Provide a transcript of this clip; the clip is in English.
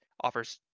offers